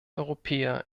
europäer